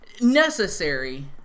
necessary